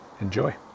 enjoy